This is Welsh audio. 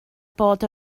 bod